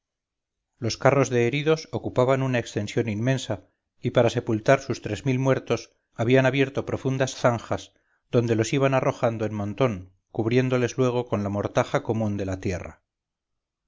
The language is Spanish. los carros de heridos ocupaban una extensión inmensa y para sepultar sus tres mil muertos habían abierto profundas zanjas donde los iban arrojando en montón cubriéndoles luego con la mortaja común de la tierra